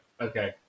okay